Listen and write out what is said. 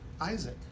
Isaac